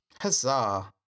Huzzah